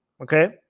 Okay